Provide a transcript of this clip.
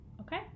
okay